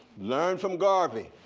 learn from garvey.